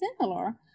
similar